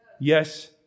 Yes